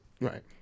Right